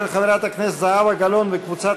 של חברת הכנסת זהבה גלאון וקבוצת